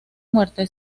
muerte